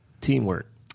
Teamwork